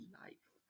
life